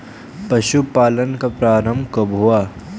पशुपालन का प्रारंभ कब हुआ?